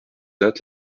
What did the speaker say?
date